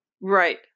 Right